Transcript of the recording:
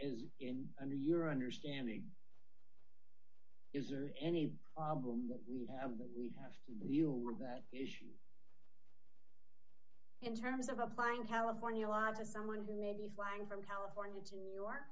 is in under your understanding is there any problem that we have that we have the you that issue in terms of applying california law to someone who may be flying from california to new york